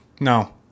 No